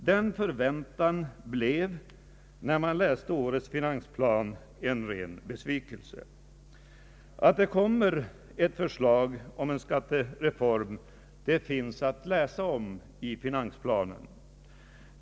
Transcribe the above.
Denna förväntan blev, när man läste finansplanen, en ren besvikelse. Att det kommer ett förslag om en skattereform finns att läsa om i finansplanen.